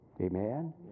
Amen